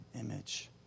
image